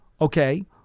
okay